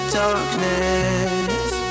darkness